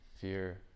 Fear